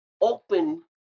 open